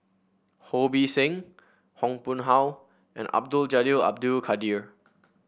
Ho Bee Seng Yong Pung How and Abdul Jalil Abdul Kadir